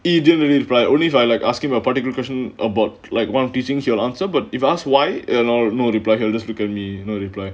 you didn't really apply only if I like asking about political question about like one teachings you will answer but if asked why and all no reply he'll just vacantly no reply